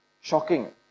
shocking